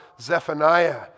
Zephaniah